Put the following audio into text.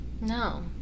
No